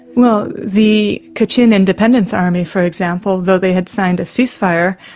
well, the kachin independence army, for example, though they had signed a ceasefire,